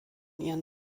ihren